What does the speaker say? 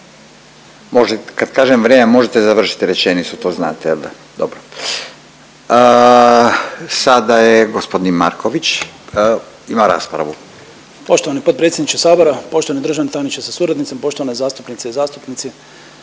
kad kažem vrijeme možete završiti rečenicu to znate jel da? Dobro. Sada je g. Marković ima raspravu. **Marković, Miroslav (SDP)** Poštovani potpredsjedniče Sabora, poštovani državni tajniče sa suradnicom, poštovane zastupnice i zastupnici.